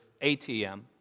ATM